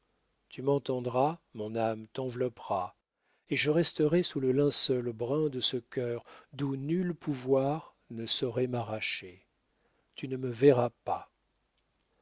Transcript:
tu m'entendras mon âme t'enveloppera et je resterai sous le linceul brun de ce chœur d'où nul pouvoir ne saurait m'arracher tu ne me verras pas